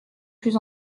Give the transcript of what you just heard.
plus